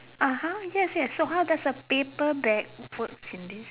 (aha) yes yes so how does a paper bag works in this